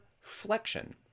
flexion